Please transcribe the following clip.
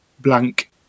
blank